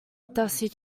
dusty